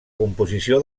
composició